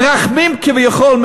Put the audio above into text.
מרחמים כביכול,